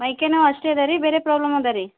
ಮೈ ಕೈ ನೋವು ಅಷ್ಟೇ ಅದಾ ರೀ ಬೇರೆ ಪ್ರಾಬ್ಲಮ್ ಅದಾ ರೀ